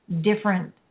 different